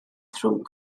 rhwng